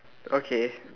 okay